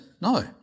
no